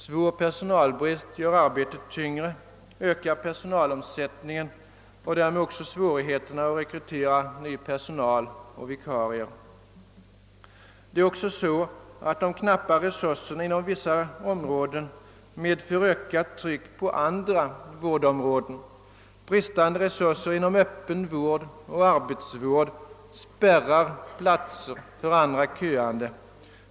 Svår personalbrist gör arbetet tyngre, ökar personalomsättningen och därmed också svårigheterna att rekrytera ny personal och vikarier. Det är också så att de knappa resurserna inom vissa områden medför ökat tryck på andra vårdområden. Bristande resurser inom öppen vård och arbetsvård »spärrar» platser för andra köande.